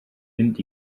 mynd